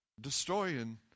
destroying